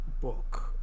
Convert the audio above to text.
book